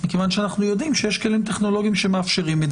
מכיוון שאנחנו יודעים שיש כלים טכנולוגיים שמאפשרים את